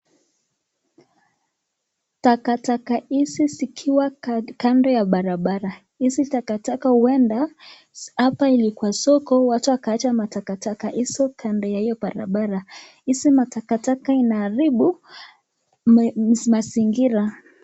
Takataka hizi zikiwa kando ya barabara, hizi takataka huenda hapa ilikuwa soko watu wakawacha matakataka hizo kando ya hiyo barabara. Hizi matakataka inaharibu mazingira.